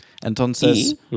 Entonces